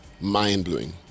mind-blowing